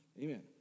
Amen